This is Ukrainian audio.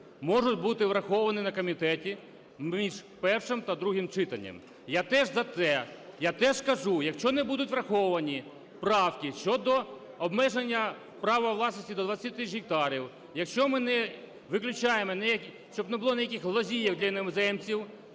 можуть бути враховані на комітеті між першим та другим читанням, я теж за це. Я теж кажу, якщо не будуть враховані правки щодо обмеження права власності до 20 тисяч гектарів, якщо ми не виключаємо ні які... щоб не було ніяких лазійок для іноземців,